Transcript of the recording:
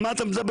על מה אתה מדבר?